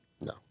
No